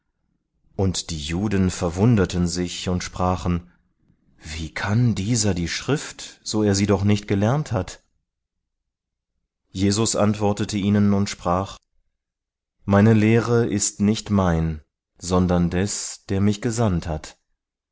und die juden verwunderten sich und sprachen wie kann dieser die schrift so er sie doch nicht gelernt hat jesus antwortete ihnen und sprach meine lehre ist nicht mein sondern des der mich gesandt hat